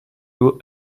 will